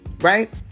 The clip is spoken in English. right